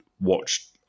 watched